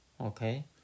Okay